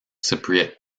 cypriot